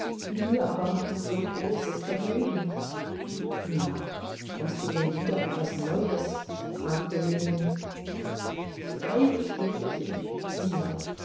mir aber macht es so großes vergnügen na hast du denn wieder etwas neues fragte ljewin freilich brüderchen sieh mal